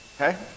Okay